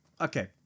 okay